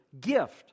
gift